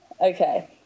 Okay